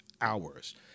hours